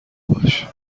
باش